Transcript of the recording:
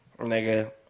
nigga